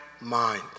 mind